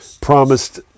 promised